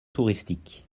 touristique